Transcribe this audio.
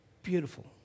beautiful